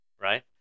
right